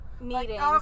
meetings